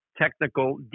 technical